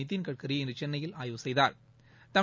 நிதின்கட்கரி இன்று சென்னையில் ஆய்வு செய்தாா்